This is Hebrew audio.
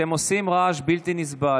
אתם עושים רעש בלתי נסבל.